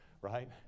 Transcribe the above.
right